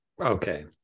okay